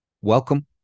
welcome